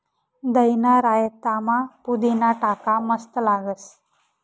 दहीना रायतामा पुदीना टाका मस्त लागस